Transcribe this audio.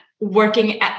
working